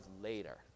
later